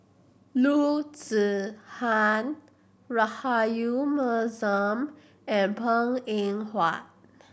Loo Zihan Rahayu Mahzam and Png Eng Huat